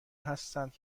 هستند